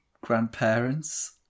grandparents